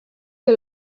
que